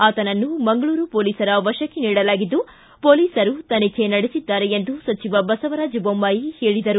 ಆತನನ್ನು ಮಂಗಳೂರು ಪೊಲೀಸರ ವಶಕ್ಕೆ ನೀಡಲಾಗಿದ್ದು ಪೋಲೀಸರು ತನಿಖೆ ನಡೆಸಿದ್ದಾರೆ ಎಂದು ಸಚಿವ ಬಸವರಾಜ ಬೊಮ್ಮಾಯಿ ಹೇಳಿದರು